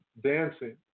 dancing